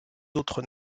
autres